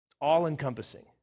all-encompassing